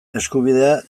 eskubidea